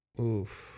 Oof